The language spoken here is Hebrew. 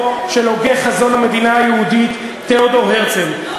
של הוגה חזון המדינה היהודית תיאודור הרצל,